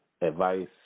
Advice